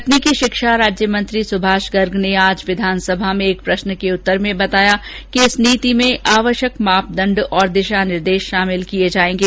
तकनीकी शिक्षा राज्य मंत्री सुभाष गर्ग ने आज विघानसभा में एक तारांकित प्रश्न के उत्तर में बताया कि इस नीति में आवश्यक मापदण्ड और दिशा निर्देश शामिल किये जायेंगे